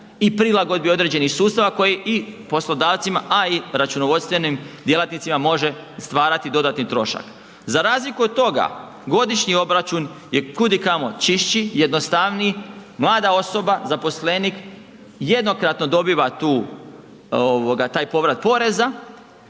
i prilagodbi određenih sustava koji i poslodavcima, a i računovodstvenim djelatnicima može stvarati dodatni trošak. Za razliku od toga, godišnji obračun je kudikamo čišći, jednostavniji, mlada osoba, zaposlenik, jednokratno dobiva taj povrat poreza